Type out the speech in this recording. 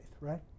right